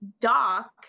Doc